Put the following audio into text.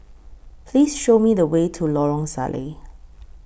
Please Show Me The Way to Lorong Salleh